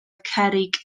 cerrig